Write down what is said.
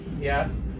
Yes